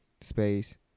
space